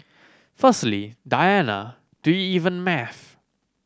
firstly Diana do you even math